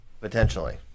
Potentially